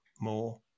more